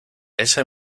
ese